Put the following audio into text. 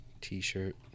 t-shirt